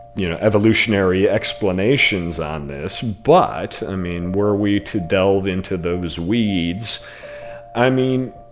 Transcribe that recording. you know evolutionary explanations on this. but i mean, were we to delve into those weeds i mean,